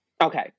Okay